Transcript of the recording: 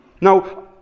Now